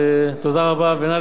ונא להסיר את ההצעה מסדר-היום.